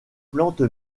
plante